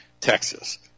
Texas